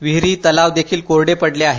विहिरी तलाव देखिल कोरडे पडले आहेत